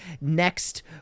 next